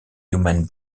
human